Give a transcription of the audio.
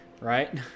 right